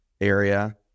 area